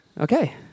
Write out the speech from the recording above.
Okay